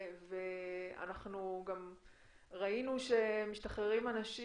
אנחנו גם ראינו שאנשים